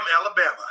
Alabama